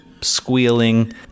squealing